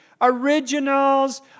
Originals